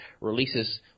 releases